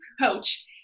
coach